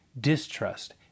distrust